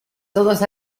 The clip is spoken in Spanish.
todos